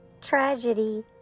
tragedy